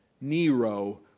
Nero